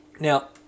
Now